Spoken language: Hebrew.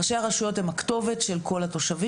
ראשי הרשויות הם הכתובת של כל התושבים,